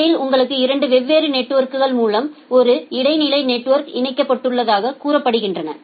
இடையில் உங்களுக்கு 2 வெவ்வேறு நெட்வொர்க்குகள் மூலம் ஒரு இடைநிலை நெட்வொர்க் இணைக்கப்பட்டதாகக் கூறப்படுகின்றன